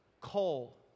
Coal